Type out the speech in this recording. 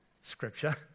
scripture